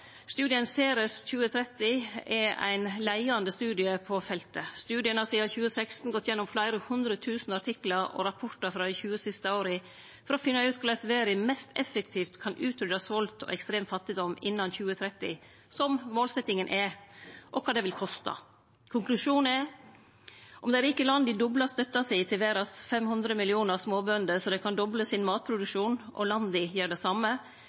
Studien Ceres2030 er ein leiande studie på feltet. Studien har sidan 2016 gått gjennom fleire hundre tusen artiklar og rapportar frå dei 20 siste åra for å finne ut korleis verda mest effektivt kan utrydde svolt og ekstrem fattigdom innan 2030, som er målsetjinga, og kva det vil koste. Konklusjonen er at om dei rike landa doblar støtta si til verdas 500 millionar småbønder, slik at dei kan doble matproduksjonen sin, og landa gjer det same,